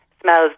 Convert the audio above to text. smells